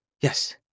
Yes